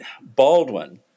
Baldwin